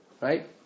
right